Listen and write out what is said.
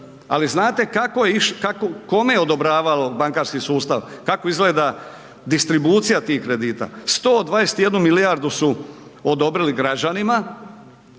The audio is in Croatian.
kako je, kome je odobravao bankarski sustav, kako izgleda distribucija tih kredita. 121 milijardu su odobrili građanima,